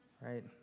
right